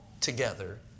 together